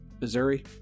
Missouri